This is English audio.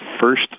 first